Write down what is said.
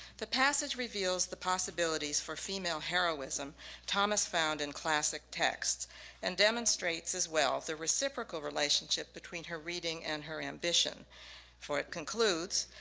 the passage reveals the possibilities for female heroism thomas found in classic text and demonstrates as well the reciprocal relationship between her reading and her ambition for it concludes,